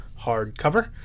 Hardcover